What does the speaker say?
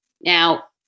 Now